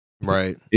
Right